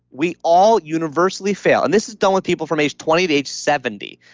we all universally fail. and this is done with people from age twenty to age seventy.